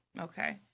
Okay